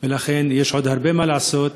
ולכן, יש עוד הרבה מה לעשות.